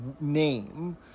name